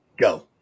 go